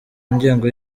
ngengo